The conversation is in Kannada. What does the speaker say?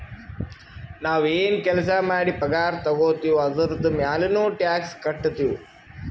ನಾವ್ ಎನ್ ಕೆಲ್ಸಾ ಮಾಡಿ ಪಗಾರ ತಗೋತಿವ್ ಅದುರ್ದು ಮ್ಯಾಲನೂ ಟ್ಯಾಕ್ಸ್ ಕಟ್ಟತ್ತಿವ್